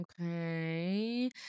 okay